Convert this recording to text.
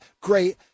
Great